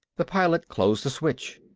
the pilot closed the switch.